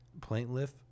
Plaintiff